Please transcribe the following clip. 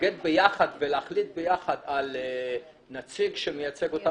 להתאגד ביחד ולהחליט ביחד על נציג שמייצג אותם